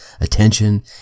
attention